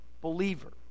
believer